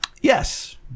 Yes